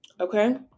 Okay